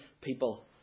people